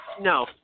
No